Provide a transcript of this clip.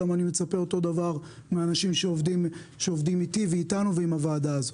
אני מצפה את אותו הדבר מאנשים שעובדים איתי ואיתנו ועם הוועדה הזאת.